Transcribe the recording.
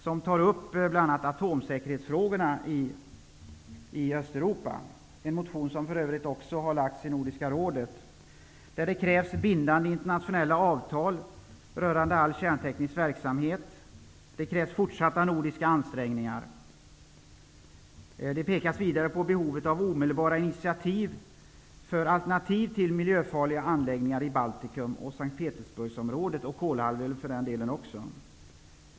Hon tar upp atomsäkerhetsfrågorna i Östeuropa. Det är en motion som också har väckts i Nordiska rådet. I motionen krävs bindande internationella avtal rörande all kärnteknisk verksamhet. Det krävs fortsatta nordiska ansträngningar. Motionen pekar också på behoven av omedelbara initiativ för att utveckla alternativ till de miljöfarliga anläggningarna i Baltikum och S:t Petersburgsområdet. Det gäller också Kolahalvön.